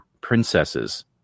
princesses